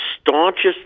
staunchest